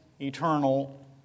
eternal